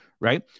right